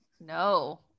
No